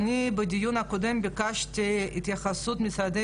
בדיון הקודם אני ביקשתי התייחסות של המשרדים